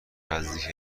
نزدیک